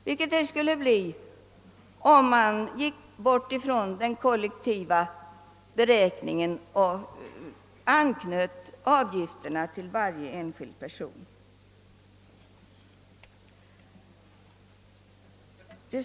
Det skulle nämligen bli följden, om vi går ifrån den kollektiva beräkningen och anknyter avgifterna till varje enskild person.